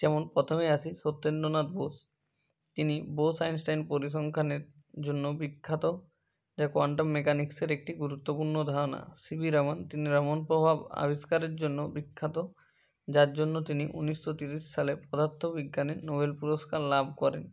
যেমন প্রথমে আসি সত্যেন্দ্রনাথ বোস তিনি বোস আইনস্টাইন পরিসংখ্যানের জন্য বিখ্যাত যা কোয়ান্টাম মেকানিক্সের একটি গুরুত্বপূর্ণ ধারণা সিভি রামন তিনি রামন প্রভাব আবিষ্কারের জন্য বিখ্যাত যার জন্য তিনি উনিশশো ত্রিশ সালে পদার্থবিজ্ঞানে নোবেল পুরস্কার লাভ করেন